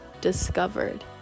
discovered